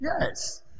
yes